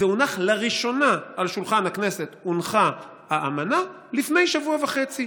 האמנה הונחה לראשונה על שולחן הכנסת לפני שבוע וחצי,